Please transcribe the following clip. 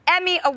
Emmy